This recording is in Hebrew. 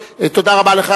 תודה רבה לך.